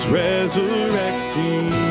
resurrecting